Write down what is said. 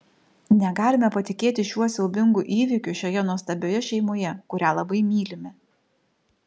negalime patikėti šiuo siaubingu įvykiu šioje nuostabioje šeimoje kurią labai mylime